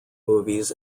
movies